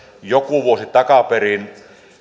joku vuosi takaperin